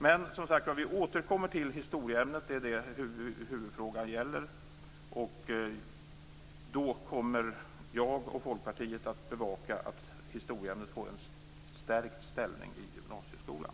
Men som sagt var återkommer vi till historieämnet, som huvudfrågan gäller. Då kommer jag och Folkpartiet att bevaka att historieämnet får en stärkt ställning i gymnasieskolan.